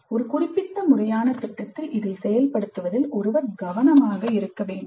ஒரு குறிப்பிட்ட முறையான திட்டத்தில் இதை செயல்படுத்துவதில் ஒருவர் கவனமாக இருக்க வேண்டும்